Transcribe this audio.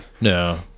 No